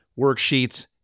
worksheets